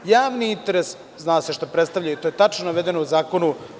Javni interes, zna se šta predstavlja i to je tačno navedeno u Zakonu.